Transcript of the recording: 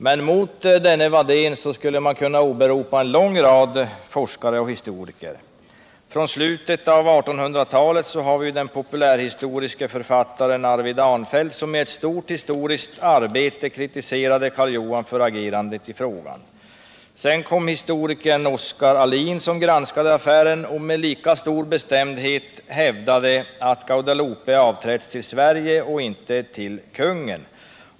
Men mot Wadén skulle man kunna åberopa en lång rad forskare och historiker. Vi har den populärhistoriske författaren Arvid Ahnfelt som i slutet av 1800-talet i ett stort historiskt arbete kritiserade Karl Johan för agerandet i frågan. Sedan kom historikern Oskar Alin, som granskade affären och med lika stor bestämdhet hävdade att Guadeloupe avträtts till Sverige och inte till kungen.